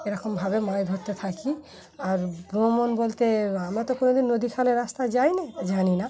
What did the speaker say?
এরকমভাবে মাছ ধরতে থাকি আর ভ্রমণ বলতে আমরা তো কোনোদিন নদীখালের রাস্তা যায়নি জানি না